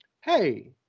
hey